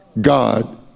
God